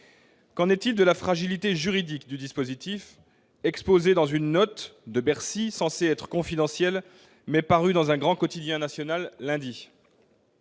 Qu'en est-il de la fragilité juridique du dispositif exposé dans une note de Bercy, censée être confidentielle, mais parue lundi dans un grand quotidien national ?